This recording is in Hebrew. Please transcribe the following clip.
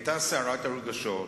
היתה סערת רגשות.